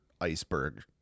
iceberg